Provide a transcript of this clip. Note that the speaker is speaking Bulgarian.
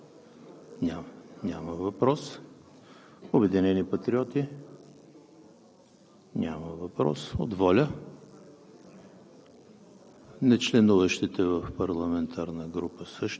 От „Движението за права и свободи“ към министър Петкова? Няма. От „Обединени патриоти“? Няма въпрос. От